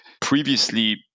previously